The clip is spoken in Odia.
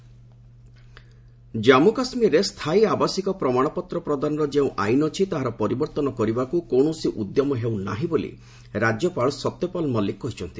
ଜେକେ ପିଆର୍ସି ଜନ୍ମୁ କାଶ୍ମୀରରେ ସ୍ଥାୟୀ ଆବାସିକ ପ୍ରମାଣପତ୍ର ପ୍ରଦାନର ଯେଉଁ ଆଇନ ଅଛି ତାହାର ପରିବର୍ତ୍ତନ କରିବାକୁ କୌଣସି ଉଦ୍ୟମ ହେଉ ନାହିଁ ବୋଲି ରାଜ୍ୟପାଳ ସତ୍ୟପାଲ୍ ମଲ୍ଟିକ୍ କହିଛନ୍ତି